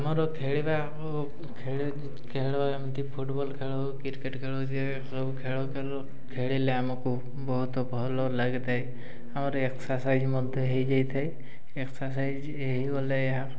ଆମର ଖେଳିବା ଖେଳ ଏମିତି ଫୁଟବଲ୍ ଖେଳ କ୍ରିକେଟ୍ ଖେଳ ସବୁ ଖେଳ ଖେଳିଲେ ଆମକୁ ବହୁତ ଭଲ ଲାଗିଥାଏ ଆମର ଏକ୍ସାଇଜ୍ ମଧ୍ୟ ହେଇଯାଇଥାଏ ଏକ୍ସାଇଜ୍ ହେଇଗଲେ ଏହା